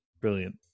brilliant